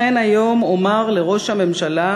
לכן היום אומר לראש הממשלה"